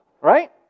Right